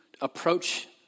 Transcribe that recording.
approach